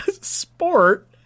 Sport